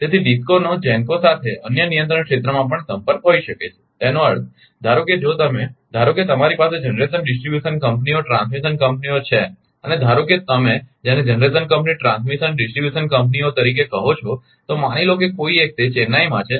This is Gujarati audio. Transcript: તેથી ડિસ્કોનો GENCO સાથે અન્ય નિયંત્રણ ક્ષેત્રમાં પણ સંપર્ક હોઈ શકે છે તેનો અર્થ ધારો કે જો તમે ધારો કે તમારી પાસે જનરેશન ડિસ્ટ્રીબ્યુશન કંપનીઓ ટ્રાન્સમિશન કંપનીઓ છે અને ધારો કે તમે જેને જનરેશન કંપની ટ્રાન્સમિશન અને ડિસ્ટ્રીબ્યુશન કંપનીઓ તરીકે કહો છો તો માની લો કે કોઇ એક તે ચેન્નાઈમાં છે